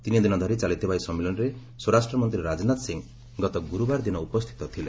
ତିନିଦିନ ଧରି ଚାଲିଥିବା ଏହି ସମ୍ମିଳନୀରେ ସ୍ୱରାଷ୍ଟ୍ରମନ୍ତ୍ରୀ ରାଜନାଥ ସିଂ ଗତ ଗୁରୁବାର ଦିନ ଉପସ୍ଥିତ ଥିଲେ